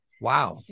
wow